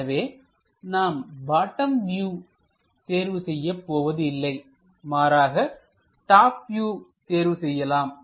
எனவே நாம் bottom view தேர்வு செய்யப் போவதில்லை மாறாக டாப் நியூ தேர்வுசெய்யலாம்